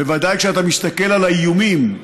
בוודאי כשאתה מסתכל על האיומים,